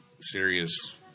serious